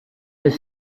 has